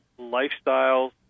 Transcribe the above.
lifestyles